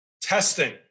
testing